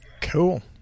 cool